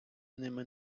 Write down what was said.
ними